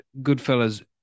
Goodfellas